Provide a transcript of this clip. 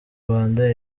rwanda